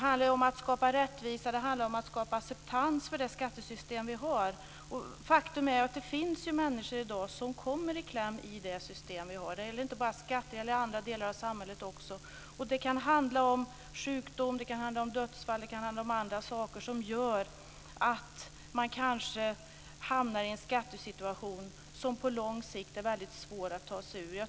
Vi föreslog i budgeten att avdraget för resor till och från arbetet skulle höjas till 16 kr per mil och att det i dessa resor skulle inkluderas resor till och från barnomsorg. Förslaget avslogs under budgethanteringen, men det är fortfarande ett aktuellt förslag, vilket framgår av de motioner som har väckts. Ett annat område gäller bilen.